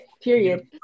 Period